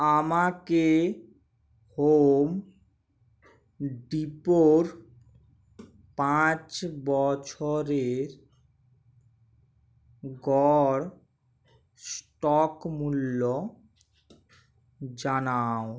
আমাকে হোম ডিপোর পাঁচ বছরের গড় স্টক মূল্য জানাও